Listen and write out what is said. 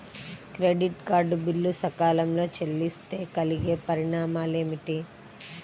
Credit card bill సకాలంలో చెల్లిస్తే కలిగే పరిణామాలేమిటి?